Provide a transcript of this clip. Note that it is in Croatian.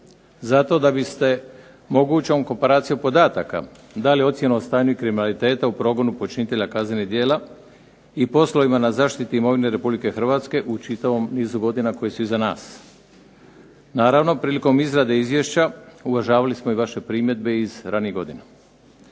zato da biste mogućom komparacijom podataka dali ocjenu o stanju i kriminaliteta u progonu počinitelja kaznenih djela, i poslovima na zaštiti imovine Republike Hrvatske u čitavom nizu godina koji su iza nas. Naravno prilikom izrade izvješća, uvažavali smo i vaše primjedbe iz ranijih godina.